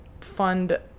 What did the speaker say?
fund